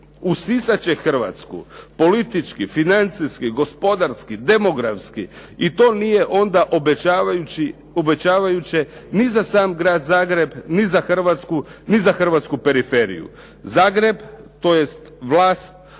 usisat će Hrvatsku politički, financijski, gospodarski, demografski i to nije onda obećavajuće ni za sam grad Zagreb, ni za Hrvatsku, ni za hrvatsku periferiju. Zagreb, tj. vlast